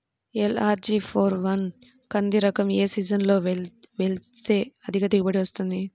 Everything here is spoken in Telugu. ఎల్.అర్.జి ఫోర్ వన్ కంది రకం ఏ సీజన్లో వేస్తె అధిక దిగుబడి వస్తుంది?